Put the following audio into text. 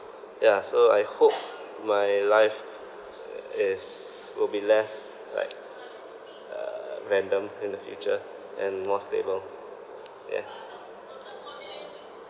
ya so I hope my life is will be less like uh random in the future and more stable yeah